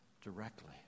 directly